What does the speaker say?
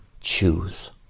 choose